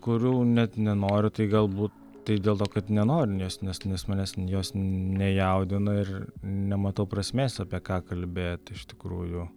kurių net nenoriu tai galbūt tai dėl to kad nenoriu nes nes nes manęs jos nejaudina ir nematau prasmės apie ką kalbėt iš tikrųjų